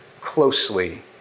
closely